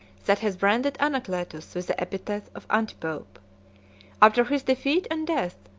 that has branded anacletus with the epithet of antipope. after his defeat and death,